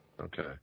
Okay